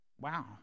Wow